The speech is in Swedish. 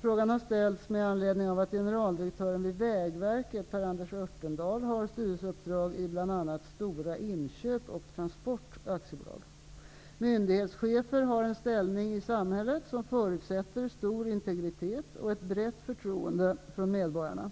Frågan har ställts med anledning av att generaldirektören vid Vägverket Per Anders Örtendahl har styrelseuppdrag i bl.a. Stora inköp och transport AB. Myndighetschefer har en ställning i samhället som förutsätter stor integritet och ett brett förtroende från medborgarna.